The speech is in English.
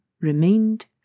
remained